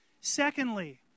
Secondly